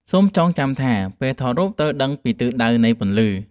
សូមចងចាំថា ពេលថតរូបត្រូវដឹងពីទិសដៅនៃពន្លឺ។